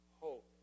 hope